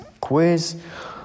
quiz